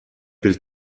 pil